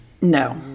No